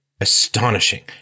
astonishing